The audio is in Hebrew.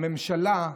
הממשלה,